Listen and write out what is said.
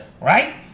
Right